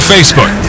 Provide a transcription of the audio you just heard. Facebook